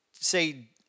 say